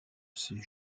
ses